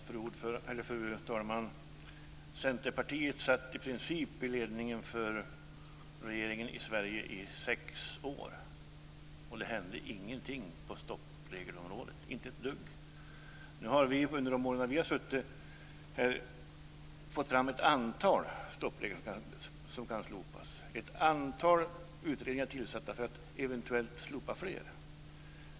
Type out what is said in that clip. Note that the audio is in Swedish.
Fru talman! Centerpartiet satt i princip i ledningen för regeringen i Sverige i sex år, och det hände ingenting i fråga om stoppreglerna. Nu har vi under våra år i regeringsställning kommit fram till att ett antal stoppregler kan slopas. Ett antal utredningar är tillsatta som ska undersöka om fler kan slopas.